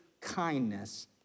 kindness